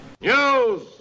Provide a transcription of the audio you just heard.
News